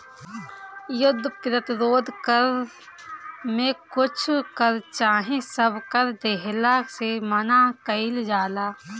युद्ध प्रतिरोध कर में कुछ कर चाहे सब कर देहला से मना कईल जाला